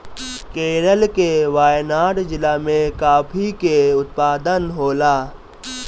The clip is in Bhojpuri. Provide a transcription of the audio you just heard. केरल के वायनाड जिला में काफी के उत्पादन होला